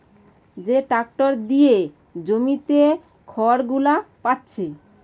যে ট্যাক্টর দিয়ে জমিতে খড়গুলো পাচ্ছে